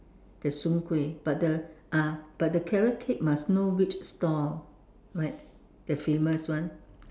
the soon-kueh but the ah but the carrot cake must know which store right the famous one